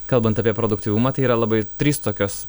kalbant apie produktyvumą tai yra labai trys tokios